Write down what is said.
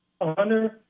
honor